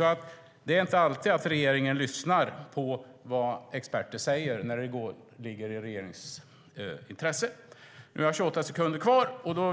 Regeringen lyssnar inte alltid på vad experter säger när det ligger i regeringens intresse. Nu vill